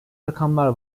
rakamlar